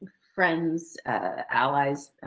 friends allies,